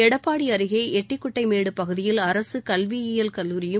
எடப்பாடி அருகே எட்டிக்குட்டைமேடு பகுதியில் அரசு கல்வியியல் கல்லூரியும்